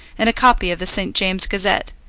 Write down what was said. and a copy of the st. james's gazette,